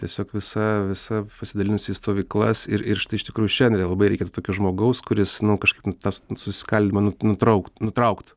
tiesiog visa visa pasidalinusi į stovyklas ir ir štai iš tikrųjų šiandien jai labai reikėtų tokio žmogaus kuris nu kažkaip tas susiskaldymą nu nutraukt nutraukt